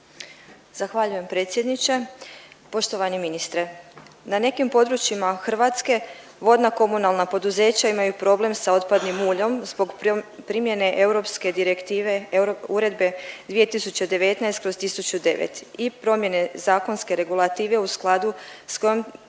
Zahvaljujem predsjedniče, poštovani ministre. Na nekim područjima Hrvatske vodna komunalna poduzeća imaju problem sa otpadnim muljom zbog primjene europske direktive, uredbe 2019/1009 i promjene zakonske regulative u skladu s kojom